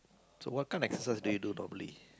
so what kind exercise do you do normally